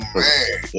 man